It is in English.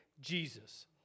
Jesus